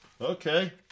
okay